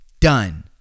done